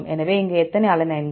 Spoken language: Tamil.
எனவே இங்கே எத்தனை அலனைன்கள்